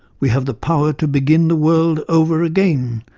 we have the power to begin the world over again,